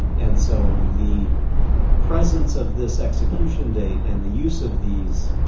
and so the presence of this execution date and the use of these